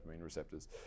receptors